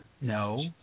No